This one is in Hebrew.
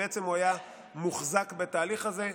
והוא היה מוחזק בתהליך הזה.